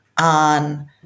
on